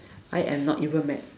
I am not even mad